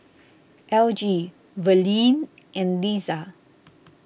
Elgie Verlene and Liza